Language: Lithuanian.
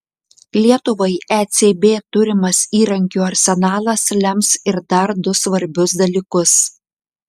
lietuvai ecb turimas įrankių arsenalas lems ir dar du svarbius dalykus